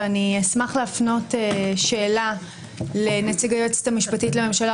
ואני אשמח להפנות שאלה לנציג היועצת המשפטית לממשלה,